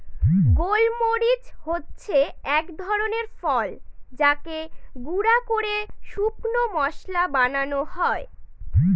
গোল মরিচ হচ্ছে এক ধরনের ফল যাকে গুঁড়া করে শুকনো মশলা বানানো হয়